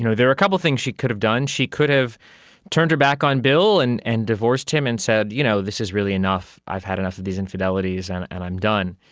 there were a couple of things she could have done. she could have turned her back on bill and and divorced him and said, you know, this is really enough, i've had enough of these infidelities and and i'm done.